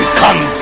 come